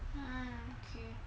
ya lah okay